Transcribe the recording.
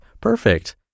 perfect